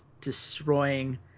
destroying